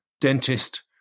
dentist